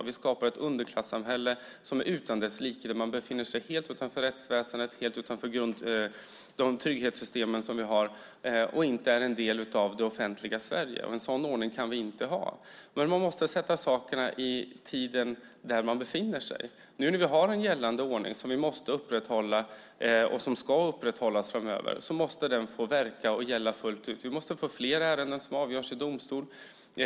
Vi skulle skapa ett underklassamhälle utan dess like där man befinner sig helt utanför rättsväsendet och de trygghetssystem vi har och inte är en del av det offentliga Sverige. En sådan ordning kan vi inte ha. Man måste sätta in sakerna i den tid man befinner sig. Nu när vi har en gällande ordning som vi måste och ska upprätthålla framöver måste den få verka och gälla fullt ut. Vi måste få fler ärenden som avgörs i domstol.